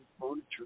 furniture